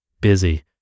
Busy